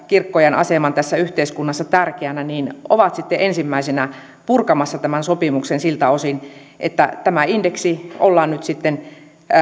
kirkkojen aseman tässä yhteiskunnassa tärkeänä on sitten ensimmäisenä purkamassa tämän sopimuksen siltä osin että tämä indeksi ollaan nyt sitten